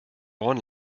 ohren